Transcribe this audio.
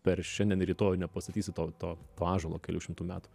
per šiandien ir rytoj nepastatysi to to to ąžuolo kelių šimtų metų